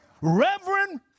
Reverend